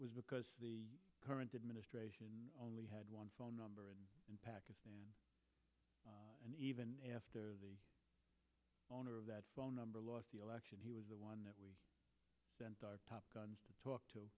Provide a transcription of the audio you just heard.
was because the current administration only had one phone number and in pakistan and even after the owner of that phone number lost the election he was the one that we sent our top guns to talk to